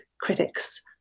critics